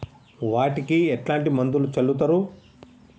వాటికి ఎట్లాంటి మందులను చల్లుతరు?